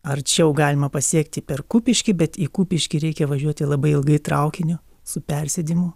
arčiau galima pasiekti per kupiškį bet į kupiškį reikia važiuoti labai ilgai traukiniu su persėdimu